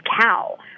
cow